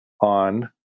on